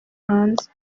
hanze